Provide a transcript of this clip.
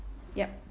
yup